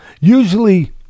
Usually